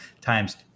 times